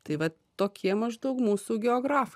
tai va tokie maždaug mūsų geograf